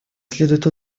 следует